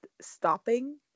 stopping